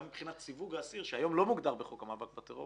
גם מבחינת סיווג האסיר שהיום לא מוגדר בחוק המאבק בטרור